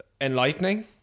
enlightening